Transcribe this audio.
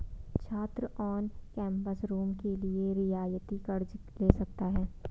छात्र on campus room के लिए रियायती कर्ज़ ले सकता है